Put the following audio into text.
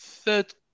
third